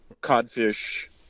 codfish